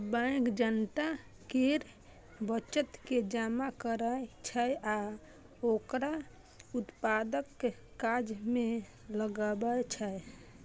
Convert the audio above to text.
bank जनता केर बचत के जमा करै छै आ ओकरा उत्पादक काज मे लगबै छै